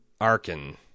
Arkin